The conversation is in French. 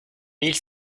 mille